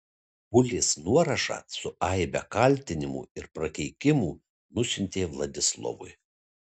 bulės nuorašą su aibe kaltinimų ir prakeikimų nusiuntė vladislovui